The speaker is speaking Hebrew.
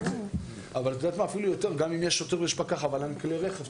גם אם יש שוטר ויש פקח אבל אין כלי רכב,